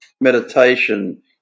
meditation